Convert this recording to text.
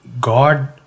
God